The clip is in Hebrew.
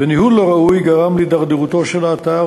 וניהול לא ראוי גרם להידרדרותו של האתר